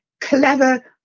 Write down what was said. clever